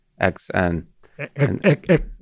xn